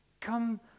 come